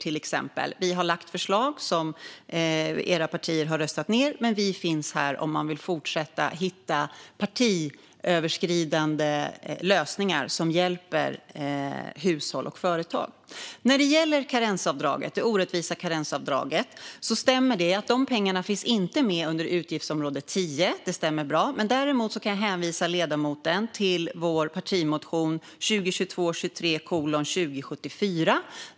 Vi har lagt fram förslag som era partier har röstat ned, men vi finns här om ni vill fortsätta att hitta partiöverskridande lösningar som hjälper hushåll och företag. När det gäller det orättvisa karensavdraget stämmer det bra att dessa pengar inte finns med under utgiftsområde 10. Däremot kan jag hänvisa ledamoten till vår partimotion 2022/23:2074.